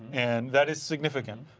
and that is significant.